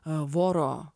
a voro